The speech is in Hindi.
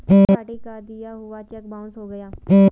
थर्ड पार्टी का दिया हुआ चेक बाउंस हो गया